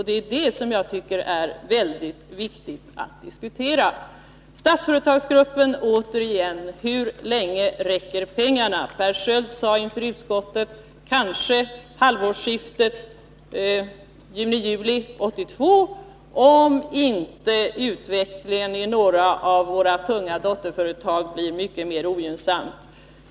NF 48 det som jag tycker det är väldigt viktigt att diskutera. Torsdagen den Statsföretagsgruppen återigen. Hur länge räcker pengarna? Per Sköld 10 december 1981 sade inför utskottet att de kanske räcker till halvårsskiftet juni-juli 1982, om inte utvecklingen i några av våra tunga dotterbolag blir mycket mer Kapitaltillskott ogynnsam.